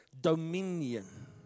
dominion